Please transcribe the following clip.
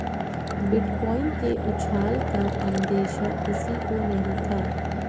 bitcoin के उछाल का अंदेशा किसी को नही था